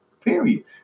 Period